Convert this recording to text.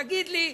תגיד לי,